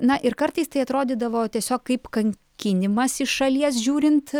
na ir kartais tai atrodydavo tiesiog kaip kankinimas iš šalies žiūrint